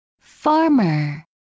Farmer